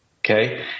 Okay